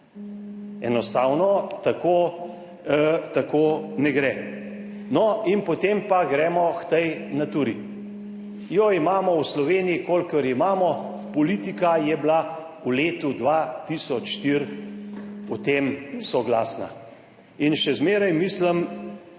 Enostavno tako, tako ne gre. No in potem pa gremo k tej natur. Jo imamo v Sloveniji, kolikor imamo, politika je bila v letu 2024 o tem soglasna in še zmeraj mislim